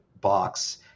box